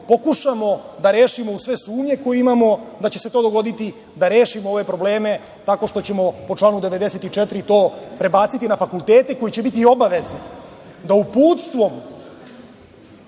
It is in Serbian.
pokušamo da rešimo sve sumnje koje imamo da će se to dogoditi da rešimo ove probleme tako što ćemo po članu 94. to prebaciti na fakultete koji će obavezni da uputstvom